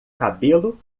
cabelo